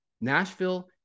Nashville